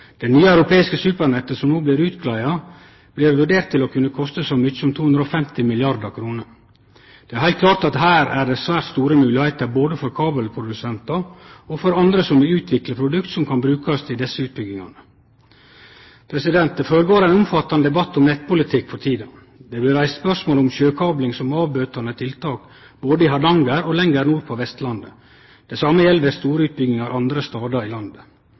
Det nye europeiske supernettet, som no blir greidd ut, blir vurdert til å kunne koste så mykje som 250 milliardar kr. Det er heilt klart at her er det svært store moglegheiter, både for kabelprodusentar og for andre som vil utvikle produkt som kan brukast til desse utbyggingane. Det går føre seg ein omfattande debatt om nettpolitikk for tida. Det blir reist spørsmål om sjøkabling som bøtande tiltak både i Hardanger og lenger nord på Vestlandet. Det same gjeld ved store utbyggingar andre stader i landet.